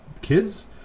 kids